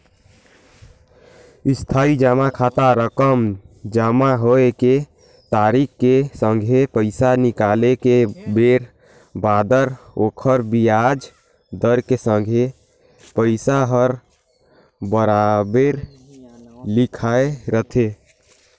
इस्थाई जमा खाता रकम जमा होए के तारिख के संघे पैसा निकाले के बेर बादर ओखर बियाज दर के संघे पइसा हर बराबेर लिखाए रथें